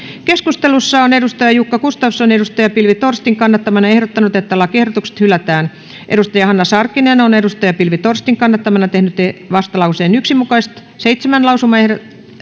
keskustelussa on jukka gustafsson pilvi torstin kannattamana ehdottanut että lakiehdotukset hylätään hanna sarkkinen on pilvi torstin kannattamana tehnyt vastalauseen yksi mukaiset seitsemän lausumaehdotusta